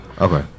Okay